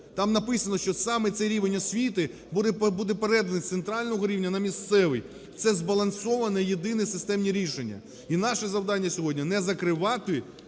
Там написано, що саме цей рівень освіти буде переданий з центрального рівня на місцевий – це збалансовані єдині системні рішення. І наше завдання сьогодні – не закривати